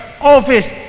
office